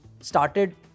started